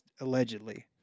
allegedly